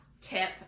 tip